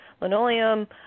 linoleum